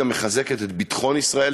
גם מחזקת את ביטחון ישראל,